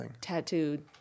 tattooed